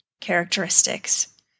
characteristics